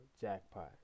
jackpot